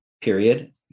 period